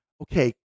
Okay